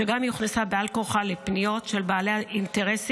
שגם היא הוכנסה בעל כורחה לפניות של בעלי אינטרסים